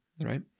right